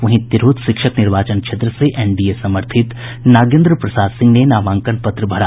वहीं तिरहुत शिक्षक निर्वाचन क्षेत्र से एनडीए समर्थित नागेन्द्र प्रसाद सिंह ने नामांकन पत्र भरा